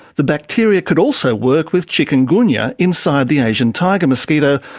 the bacteria could also work with chikungunya inside the asian tiger mosquito,